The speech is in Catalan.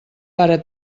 pare